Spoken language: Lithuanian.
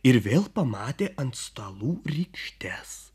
ir vėl pamatė ant stalų rykštes